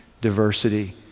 diversity